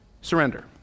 surrender